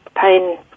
pain